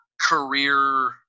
career